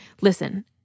Listen